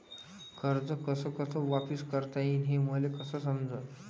कर्ज कस कस वापिस करता येईन, हे मले कस समजनं?